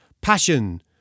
Passion